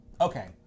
okay